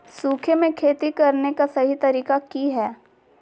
सूखे में खेती करने का सही तरीका की हैय?